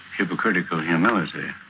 hypocritical humility.